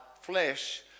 flesh